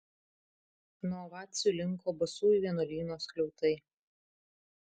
nuo ovacijų linko basųjų vienuolyno skliautai